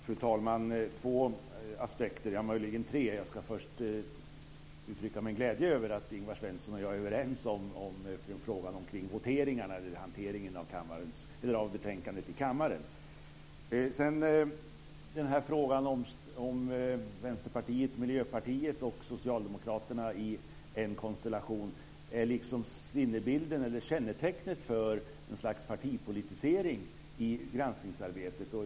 Fru talman! Jag ska framföra tre aspekter. Först vill jag uttrycka min glädje över att Ingvar Svensson och jag är överens i frågan om hanteringen av betänkandet i kammaren. Ingvar Svensson säger att konstellationen med Vänsterpartiet, Miljöpartiet och Socialdemokraterna är kännetecknet för något slags partipolitisering i granskningsarbetet.